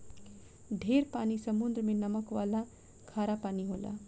ढेर पानी समुद्र मे नमक वाला खारा पानी होला